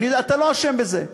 אתה לא אשם בזה,